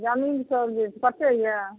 जमीन सब यऽ कते यऽ